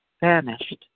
vanished